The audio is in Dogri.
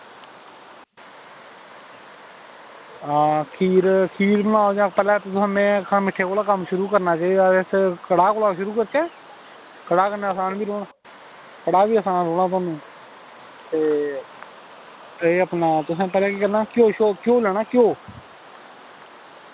खीर खीर बनां जां पैह्लें तुसें में मिट्ठे कोल कम्म शुरू करना चाहिदा ते अस कड़ाह् कोला शुरू करचै कड़ाह् कन्नै असान बी रौह्ना कड़ाह् बी असान रौह्ना थुआनू ते एह् अपना तुसें पैह्लें केह् करना घ्यो श्यो घ्यो लैना घ्यो लैना